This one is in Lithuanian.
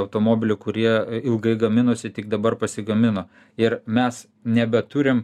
automobilių kurie ilgai gaminosi tik dabar pasigamino ir mes nebeturim